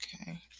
Okay